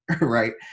right